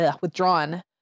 withdrawn